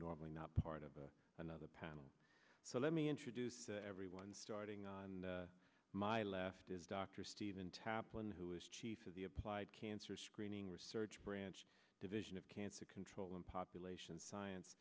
normally not part of another panel so let me introduce everyone starting on my left is dr steven taplin who is chief of the applied cancer screening research branch division of cancer control and population science